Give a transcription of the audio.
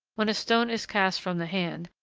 when a stone is cast from the hand,